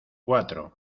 cuatro